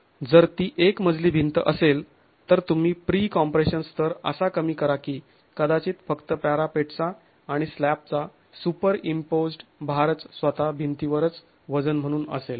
जर ती एक मजली भिंत असेल तर तुम्ही प्री कॉम्प्रेशन स्तर असा कमी करा की कदाचित फक्त पॅरापेटचा आणि स्लॅबचा सुपरइंम्पोज्ड् भारच स्वतः भिंतीवरच वजन म्हणून असेल